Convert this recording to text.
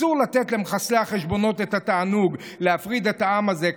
אסור לתת למחסלי החשבונות את התענוג להפריד את העם הזה.